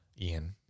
Ian